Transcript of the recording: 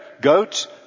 Goats